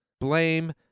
Blame